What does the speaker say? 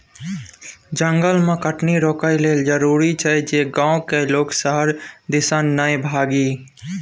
जंगल के कटनी रोकइ लेल जरूरी छै जे गांव के लोक शहर दिसन नइ भागइ